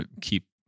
keep